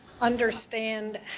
understand